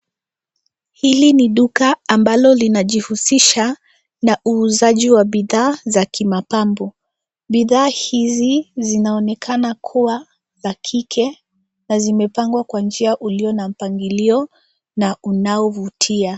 Hili ni duka ambalo linajihususha na uuzaji wa bidhaa za kimapambo. Bidhaa hizi zinaonekana kuwa za kike na zimepangwa kwa njia ulio na mpangilio na unaovutia.